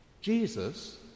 Jesus